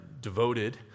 devoted